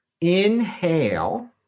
inhale